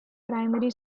primary